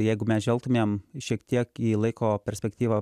jeigu mes žvelgtumėm šiek tiek į laiko perspektyvą